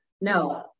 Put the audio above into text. No